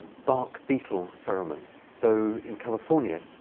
bark beetle pheromones. so in california,